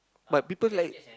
but people like